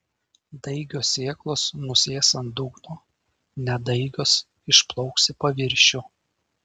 daigios sėklos nusės ant dugno nedaigios išplauks į paviršių